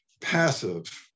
passive